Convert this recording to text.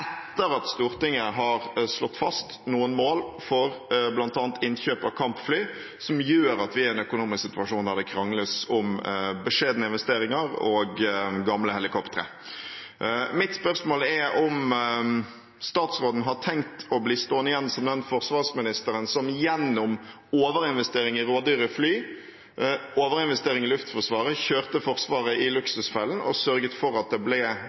at Stortinget har slått fast noen mål for bl.a. innkjøp av kampfly som gjør at vi er i en økonomisk situasjon der det krangles om beskjedne investeringer og gamle helikoptre. Mitt spørsmål er om statsråden har tenkt å bli stående igjen som den forsvarsministeren som gjennom overinvestering i rådyre fly, overinvestering i Luftforsvaret, kjørte Forsvaret i luksusfellen og sørget for at det ble